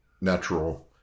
natural